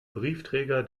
briefträger